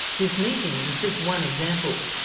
this meeting was just one example.